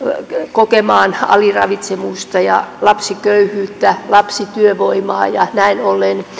kokemaan aliravitsemusta ja lapsiköyhyyttä lapsityövoimaa ja näin ollen